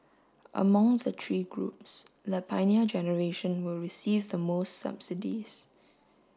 among the three groups the Pioneer Generation will receive the most subsidies